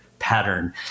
pattern